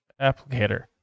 Applicator